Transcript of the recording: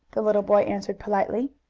the little boy answered politely.